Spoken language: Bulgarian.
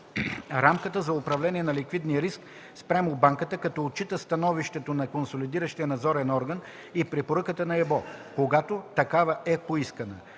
рамката за управление на ликвидния риск спрямо банката, като отчита становището на консолидиращия надзорен орган и препоръката на ЕБО, когато такава е поискана.